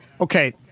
okay